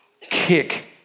kick